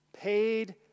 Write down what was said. Paid